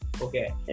Okay